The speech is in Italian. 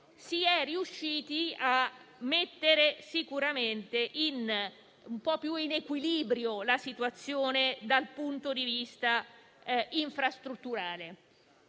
si è riusciti a mettere un po' più in equilibrio la situazione, dal punto di vista infrastrutturale.